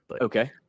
Okay